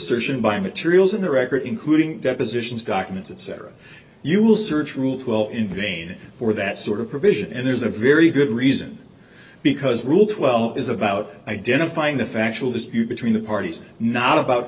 assertion by materials in the record including depositions documents etc you will search rule twelve in vain for that sort of provision and there's a very good reason because rule twelve is about identifying the factual dispute between the parties not about